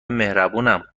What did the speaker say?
مهربونم